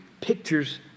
pictures